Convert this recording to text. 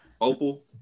Opal